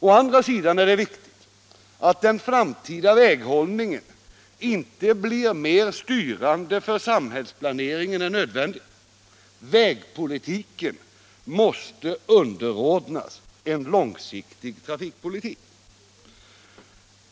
Å andra sidan är det viktigt att den framtida väghållningen inte blir mer styrande för samhällsplaneringen än nödvändigt. Vägpolitiken måste underordnas en långsiktig trafikpolitik.